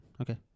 okay